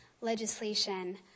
legislation